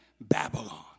Babylon